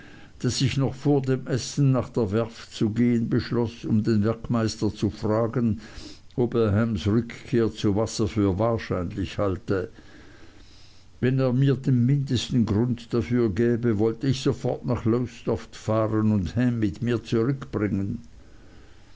daß ich noch vor dem essen nach der werft zu gehen beschloß um den werkmeister zu fragen ob er hams rückkehr zu wasser für wahrscheinlich halte wenn er mir den mindesten grund dafür gäbe wollte ich sofort nach lowestoft fahren und ham mit mir zurückbringen